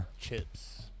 Chips